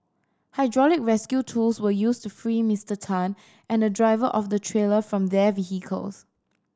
hydraulic rescue tools were used to free Mister Tan and the driver of the trailer from their vehicles